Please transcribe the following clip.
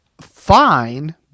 fine